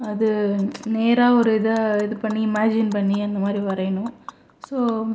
அது நேராக ஒரு இதை இது பண்ணி இமஜின் பண்ணி வரையணும் ஸோ